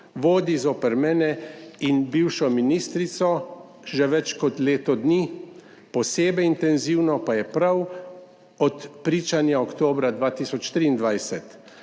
vodi zoper mene in bivšo ministrico že več kot leto dni, posebej intenzivno pa je prav od pričanja oktobra 2023.